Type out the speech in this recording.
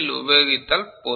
உபயோகித்தால் போதும்